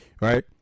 right